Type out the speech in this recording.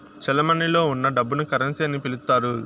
చెలమణిలో ఉన్న డబ్బును కరెన్సీ అని పిలుత్తారు